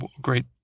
great